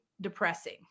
depressing